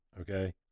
Okay